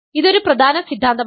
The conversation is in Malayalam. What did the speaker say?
ഇതൊരു പ്രധാന സിദ്ധാന്തമാണ്